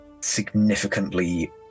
significantly